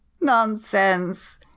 Nonsense